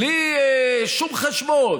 בלי שום חשבון.